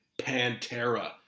Pantera